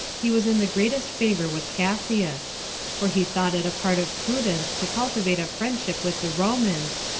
he was in the greatest favor with cassius for he thought it a part of prudence to cultivate a friendship with the romans,